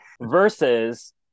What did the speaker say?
versus